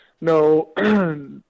no